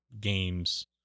games